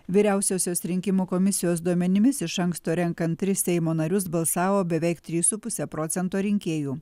vyriausiosios rinkimų komisijos duomenimis iš anksto renkant tris seimo narius balsavo beveik trys su puse procento rinkėjų